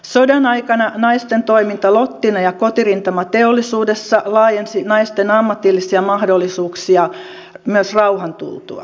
sodan aikana naisten toiminta lottina ja kotirintamateollisuudessa laajensi naisten ammatillisia mahdollisuuksia myös rauhan tultua